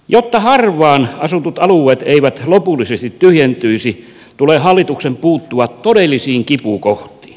jotta harvaan asutut alueet eivät lopullisesti tyhjentyisi tulee hallituksen puuttua todellisiin kipukohtiin